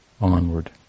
onward